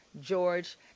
George